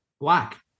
black